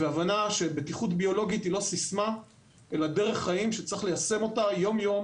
והבנה שבטיחות ביולוגית היא לא סיסמה אלא דרך חיים שצריך ליישם יום-יום,